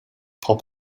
pop